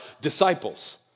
disciples